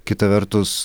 kita vertus